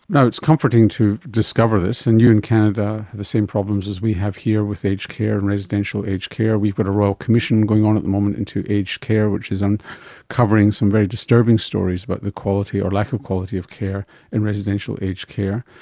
now, it's comforting to discover this, and you in canada have the same problems as we have here with aged care and residential aged care. we've got but a royal commission going on at the moment into aged care which is um uncovering some very disturbing stories about the quality or lack of quality of care in residential aged care.